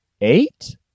eight